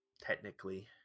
Technically